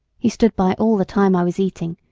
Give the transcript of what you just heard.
he stood by all the time i was eating,